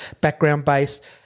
background-based